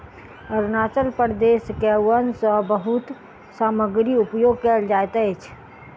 अरुणाचल प्रदेश के वन सॅ बहुत सामग्री उपयोग कयल जाइत अछि